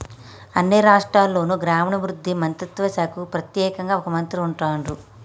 అన్ని రాష్ట్రాల్లోనూ గ్రామీణాభివృద్ధి మంత్రిత్వ శాఖకు ప్రెత్యేకంగా ఒక మంత్రి ఉంటాన్రు